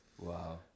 wow